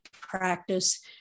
practice